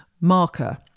marker